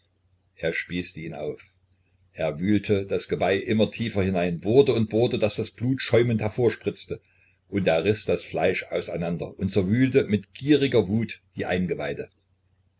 er spießte ihn auf er wühlte das geweih immer tiefer hinein bohrte und bohrte daß das blut schäumend hervorspritzte und er riß das fleisch auseinander und zerwühlte mit gieriger wut die eingeweide